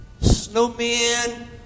snowman